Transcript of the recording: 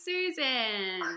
Susan